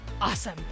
awesome